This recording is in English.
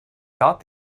thought